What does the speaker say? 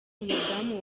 umudamu